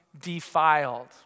defiled